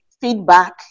feedback